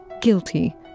guilty